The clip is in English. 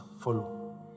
Follow